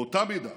באותה מידה